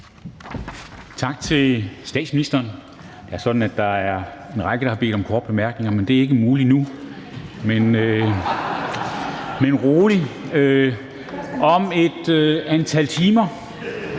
Tak til statsministeren. Det er sådan, at der er en række, der har bedt om korte bemærkninger, men det er ikke muligt nu. Men rolig, om et antal timer